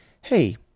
Hey